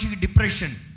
depression